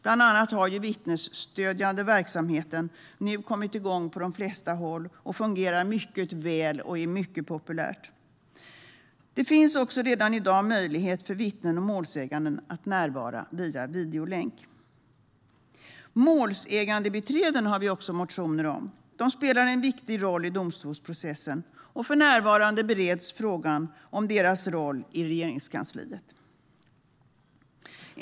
Bland annat har den vittnesstödjande verksamheten nu kommit i gång på de flesta håll. Den fungerar mycket väl och är mycket populär. Det finns också redan i dag möjlighet för vittnen och målsägande att närvara via videolänk. Vi har också motioner om målsägandebiträden. Dessa spelar en viktig roll i domstolsprocessen. För närvarande bereds frågan om deras roll i Regeringskansliet.